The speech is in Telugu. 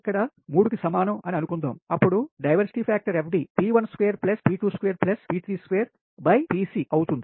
ఇక్కడ 3 కి సమానం అని అనుకుందాం అప్పుడు FD P12 P22P32 Pc అవుతుంది